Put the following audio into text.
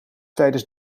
tijdens